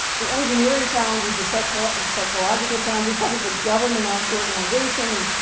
the engineering challenges, the psychological the psychological challenges. plus it's a government um organization.